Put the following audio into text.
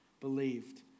believed